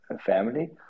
family